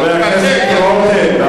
חבר הכנסת רותם,